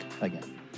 again